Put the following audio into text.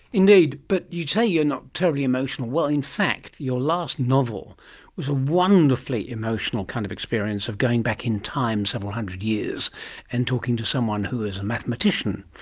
indeed, but you say you're not terribly emotional, well in fact your last novel was a wonderfully emotional kind of experience of going back in time several hundred years and talking to someone who is a mathematician,